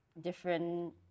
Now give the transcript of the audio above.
different